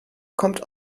kommt